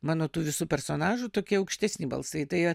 mano tų visų personažų tokie aukštesni balsai tai